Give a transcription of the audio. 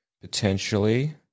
potentially